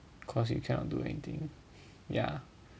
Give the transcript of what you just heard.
cause you cannot do anything yeah